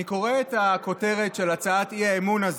אני קורא את הכותרת של הצעת האי-אמון הזאת: